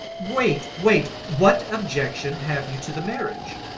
wait! wait! what objection have you to the marriage?